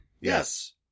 Yes